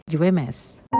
UMS